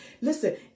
Listen